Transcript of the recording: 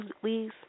please